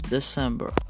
December